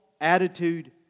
attitude